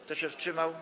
Kto się wstrzymał?